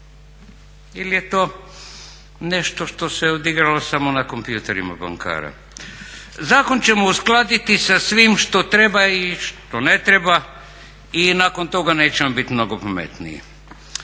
ili je to nešto što se odigralo samo na kompjuterima bankara. Zakon ćemo uskladiti sa svim što treba i što ne treba i nakon toga nećemo bit mnogo pametniji.